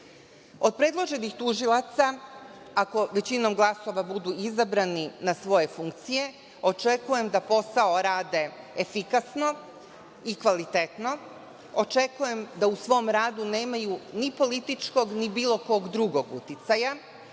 predloženih tužilaca, ako većinom glasova budu izabrani na svoje funkcije, očekujem da posao rade efikasno i kvalitetno, očekujem da u svom radu nemaju ni političkog, ni bilo kog drugog uticaja,